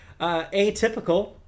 Atypical